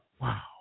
Wow